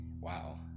wow